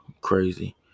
crazy